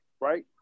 right